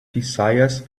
desires